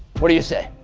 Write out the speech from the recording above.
what do you say?